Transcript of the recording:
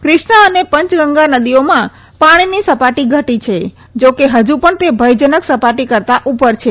ક્રિશ્ના અને પંચગંગા નદીઓમાં પાણીની સપાટી ઘટી છે જાકે હજુ પણ તે ભયજનક સપાટી કરતાં ઉપર છે